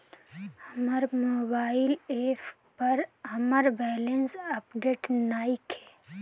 हमर mobile app पर हमर बैलेंस अपडेट नइखे